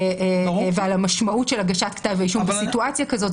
ועל המשמעות של הגשת כתב אישום בסיטואציה כזאת.